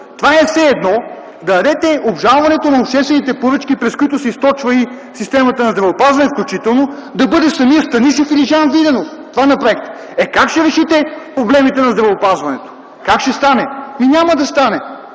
Това е все едно да дадете обжалването на обществените поръчки, през които се източва и системата на здравеопазването включително, да бъде Сергей Станишев или Жан Виденов. Това направихте. Е, как ще решите проблемите на здравеопазването? Как ще стане? Ами няма да стане.